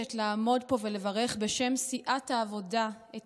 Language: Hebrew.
מתרגשת לעמוד פה ולברך בשם סיעת העבודה את